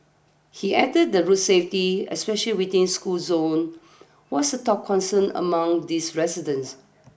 he added that road safety especially within school zone was the top concern among this residents